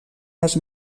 les